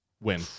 Win